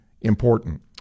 important